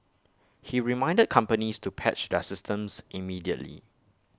he reminded companies to patch their systems immediately